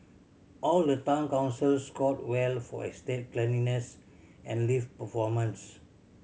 all the town councils scored well for estate cleanliness and lift performance